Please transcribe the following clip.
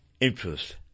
interest